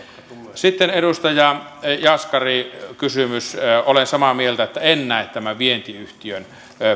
sitten edustaja jaskarin kysymys olen samaa mieltä eli en näe tämän vientiyhtiön